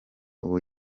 ubu